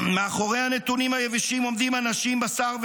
מאחורי הנתונים היבשים עומדים אנשים בשר ודם,